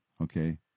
Okay